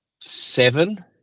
seven